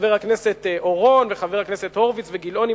חבר הכנסת אורון וחברי הכנסת הורוביץ וגילאון,